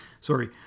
sorry